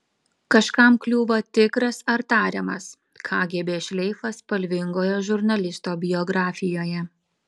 kažkam kliūva tikras ar tariamas kgb šleifas spalvingoje žurnalisto biografijoje